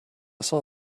saw